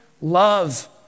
love